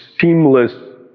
seamless